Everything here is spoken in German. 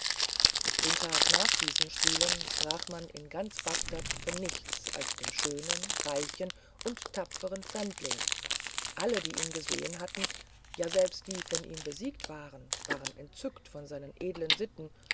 den tag nach diesen spielen sprach man in ganz bagdad von nichts als dem schönen reichen und tapferen fremdling alle die ihn gesehen hatten ja selbst die von ihm besiegt waren waren entzückt von seinen edeln sitten